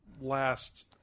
last